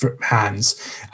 hands